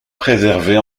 préservée